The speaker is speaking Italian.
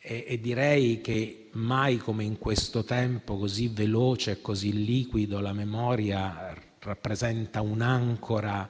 e direi che mai come in questo tempo così veloce e così liquido la memoria rappresenta un'ancora